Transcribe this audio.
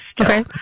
Okay